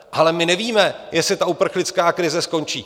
Ale my nevíme, jestli ta uprchlická krize skončí.